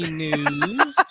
news